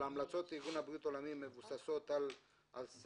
ההמלצות של ארגון הבריאות העולמי מבוססות על סף